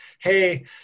hey